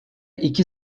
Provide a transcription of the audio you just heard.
iki